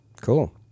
cool